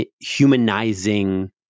humanizing